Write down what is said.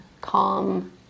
calm